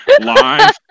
live